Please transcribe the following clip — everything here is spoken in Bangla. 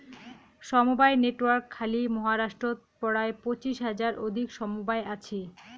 সমবায় নেটওয়ার্ক খালি মহারাষ্ট্রত পরায় পঁচিশ হাজার অধিক সমবায় আছি